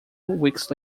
weeks